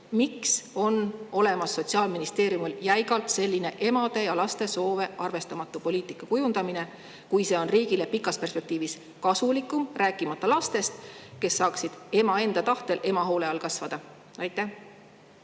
Miks kujundab Sotsiaalministeerium jäigalt sellist emade ja laste soove arvestamata poliitikat, kui see on riigi jaoks pikas perspektiivis kasulikum, rääkimata lastest, kes saaksid ema enda tahtel tema hoole all kasvada? Aitäh!